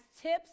tips